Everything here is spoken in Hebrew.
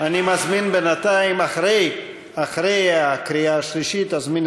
אני מזמין בינתיים אחרי הקריאה השלישית אזמין